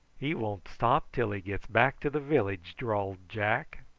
he won't stop till he gets back to the village, drawled jack.